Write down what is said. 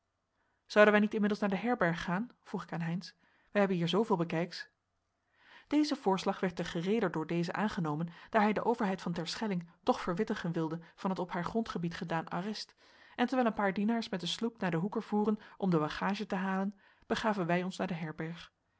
zouden wij niet inmiddels naar de herberg gaan vroeg ik aan heynsz wij hebben hier zoveel bekijks deze voorslag werd te gereeder door dezen aangenomen daar hij de overheid van terschelling toch verwittigen wilde van het op haar grondgebied gedaan arrest en terwijl een paar dienaars met de sloep naar den hoeker voeren om de bagage te halen begaven wij ons naar den herberg